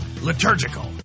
liturgical